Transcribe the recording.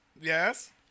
yes